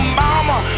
mama